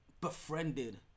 befriended